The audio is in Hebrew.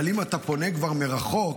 אבל אם אתה פונה כבר מרחוק,